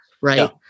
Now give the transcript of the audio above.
Right